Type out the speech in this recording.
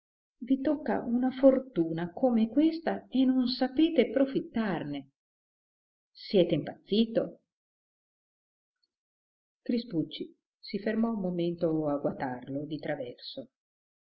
i tocca una fortuna come questa e non sapete profittarne siete impazzito crispucci si fermò un momento a guatarlo di traverso